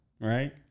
right